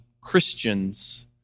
Christians